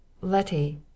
Letty